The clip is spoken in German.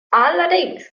allerdings